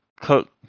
Cook